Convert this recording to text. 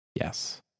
Yes